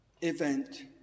event